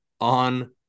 on